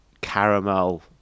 caramel